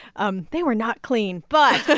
um they were not clean. but. but